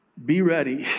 be ready.